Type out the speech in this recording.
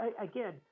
again –